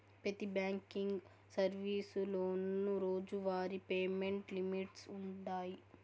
పెతి బ్యాంకింగ్ సర్వీసులోనూ రోజువారీ పేమెంట్ లిమిట్స్ వుండాయి